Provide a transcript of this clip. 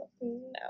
No